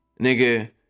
nigga